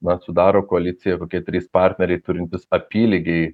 na sudaro koaliciją kokie trys partneriai turintys apylygiai